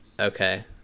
Okay